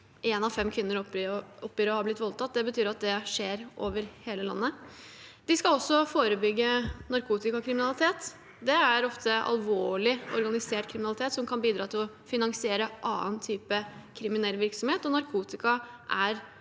én av fem kvinner oppgir å ha blitt voldtatt. Det betyr at det skjer over hele landet. De skal også forebygge narkotikakriminalitet. Det er ofte alvorlig organisert kriminalitet som kan bidra til å finansiere annen type kriminell virksomhet,